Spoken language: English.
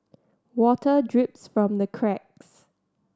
water drips from the cracks